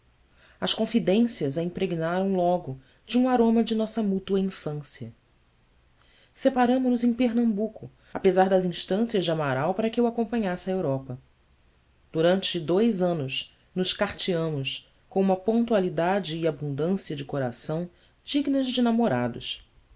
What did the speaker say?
as confidências a impregnaram logo de um aroma de nossa mútua infância separamo-nos em pernambuco apesar das instâncias de amaral para que eu o acompanhasse à europa durante dois anos nos carteamos com uma pontualidade e abundância de coração dignas de namorados